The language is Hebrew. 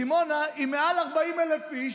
דימונה היא מעל 40,000 איש.